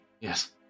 yes